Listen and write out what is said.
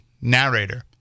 narrator